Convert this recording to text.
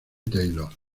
taylor